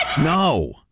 No